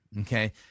Okay